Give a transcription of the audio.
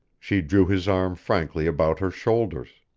she drew his arm frankly about her shoulders.